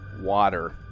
water